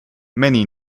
many